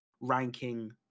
ranking